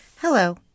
Hello